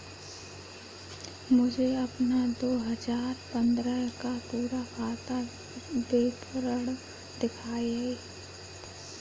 मुझे अपना दो हजार पन्द्रह का पूरा खाता विवरण दिखाएँ?